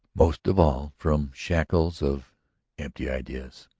most of all from shackles of empty ideas.